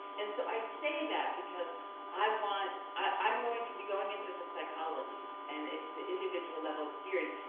and so i say that because i want, i'm going to be going into the psychology, and it's the individual-level experience.